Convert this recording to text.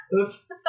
Oops